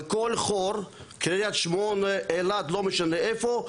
בכל חור, קריית שמונה, אילת, לא משנה איפה.